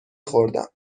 خوردم